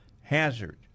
hazard